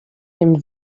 dem